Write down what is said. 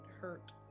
hurt